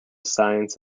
science